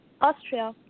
Austria